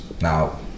Now